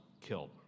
killed